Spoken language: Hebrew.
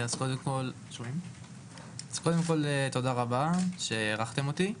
קודם כול, תודה רבה שאירחתם אותי.